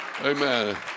Amen